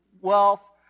wealth